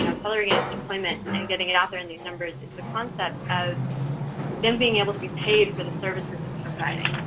you know, following as deployment and getting it out there in these numbers is the concept of them being able to be paid for the service of somebody.